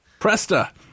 Presta